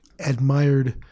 admired